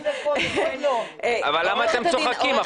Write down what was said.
אבל למה אתם צוחקים?